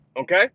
Okay